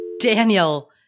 Daniel